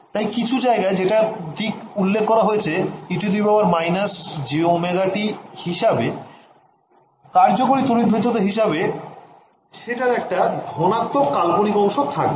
তাই কিছু জায়গায় যেটার দিক উল্লেখ করা হয়েছে e−jωt হিসেবে কার্যকরী তড়িৎ ভেদ্যতা হিসেবে সেটার একটা ধনাত্মক কাল্পনিক অংশ থাকবে